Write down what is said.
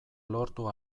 lortu